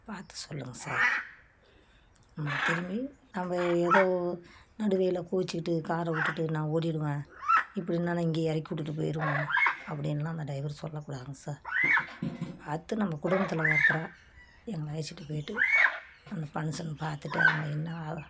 பார்த்து சொல்லுங்கள் சார் ஆமாம் திரும்பி நம்ம ஏதோ நடுவழியில் கோவிச்சிட்டு காரை விட்டுட்டு நான் ஓடிடுவேன் இப்படிருந்தா நான் இங்கேயே இறக்கி விட்டுட்டு போயிடுவேன் அப்படின்லாம் அந்த டைவர் சொல்லக்கூடாதுங்க சார் பார்த்து நம்ம குடும்பத்தில் ஒருத்தராக எங்களை அழைச்சிட்டு போய்ட்டு அந்த ஃபங்க்ஷன் பார்த்துட்டு அவங்க என்ன